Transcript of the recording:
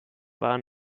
waren